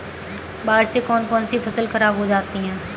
बाढ़ से कौन कौन सी फसल खराब हो जाती है?